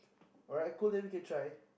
alright cool then we can try